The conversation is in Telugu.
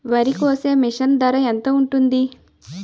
వరి కోసే మిషన్ ధర ఎంత ఉంటుంది?